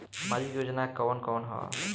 सामाजिक योजना कवन कवन ह?